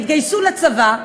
והתגייסו לצבא,